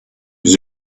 with